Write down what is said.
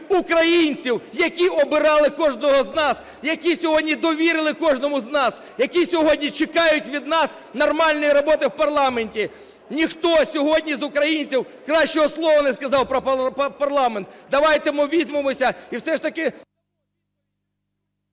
українців, які обирали кожного з нас, які сьогодні довірили кожному з нас, які сьогодні чекають від нас нормальної роботи в парламенті? Ніхто сьогодні з українців кращого слова не сказав про парламент. Давайте ми візьмемося